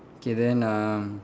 okay then uh